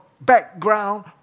background